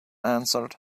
answered